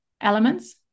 elements